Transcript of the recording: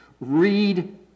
read